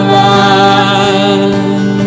love